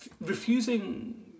Refusing